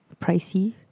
pricey